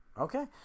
okay